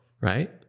Right